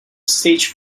stage